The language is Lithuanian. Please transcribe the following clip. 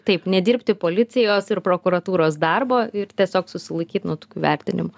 taip nedirbti policijos ir prokuratūros darbo ir tiesiog susilaikyt nuo tokių vertinimų